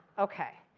ok,